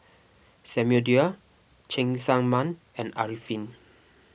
Samuel Dyer Cheng Tsang Man and Arifin